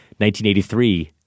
1983